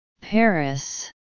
Paris